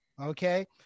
okay